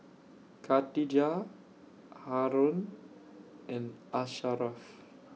Khatijah Haron and Asharaff